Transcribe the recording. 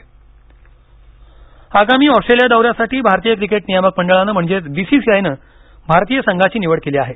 cricket team आगामी Australia दौऱ्यासाठी भारतीय क्रिकेट नियामक मंडळानं म्हणजेच बीसीसीआयनं भारतीय संघाची निवड केली आहे